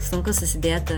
sunku susidėti